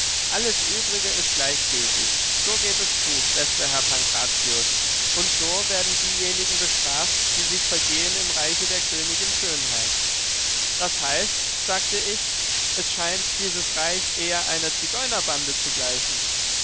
alles übrige ist gleichgültig so geht es zu bester herr pankrazius und so werden diejenigen bestraft die sich vergehen im reiche der königin schönheit das heißt sagte ich es scheint dies reich eher einer zigeunerbande zu gleichen